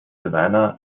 savanna